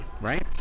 right